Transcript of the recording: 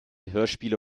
hörspiele